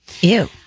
Ew